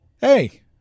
hey